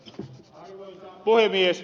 arvoisa puhemies